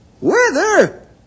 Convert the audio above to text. Weather